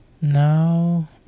Now